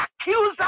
accuser